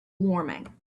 warming